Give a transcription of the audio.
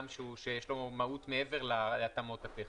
שיש לו מהות מעבר להתאמות הטכניות.